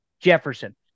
Jefferson